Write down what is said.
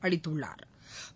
அளித்துள்ளா்